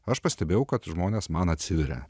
aš pastebėjau kad žmonės man atsiveria